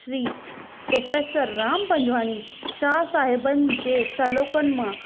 श्री प्रोफ़ेसरु राम पंजवाणी शाह साहिबनि जे श्लोकनि मां